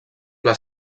pla